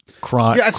crime